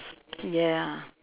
ya